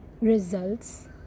results